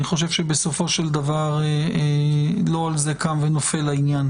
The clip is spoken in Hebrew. אני חושב שבסופו של דבר לא על זה קם או נופל העניין.